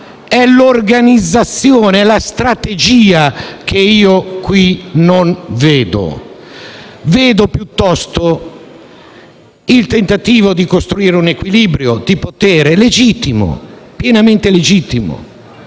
Ma l'organizzazione e la strategia qui non vedo. Vedo piuttosto il tentativo di costruire un equilibrio di potere, che è pienamente legittimo.